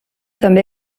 també